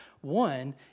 One